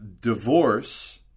divorce